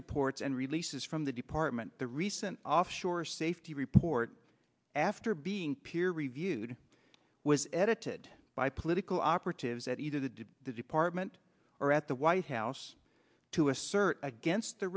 reports and release is from the department the recent offshore safety report after being peer reviewed was edited by political operatives at either the did the department or at the white house to assert against the